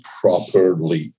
properly